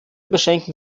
beschränken